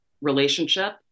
relationship